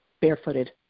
barefooted